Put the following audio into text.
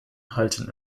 halten